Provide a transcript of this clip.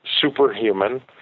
superhuman